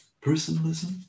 personalism